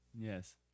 Yes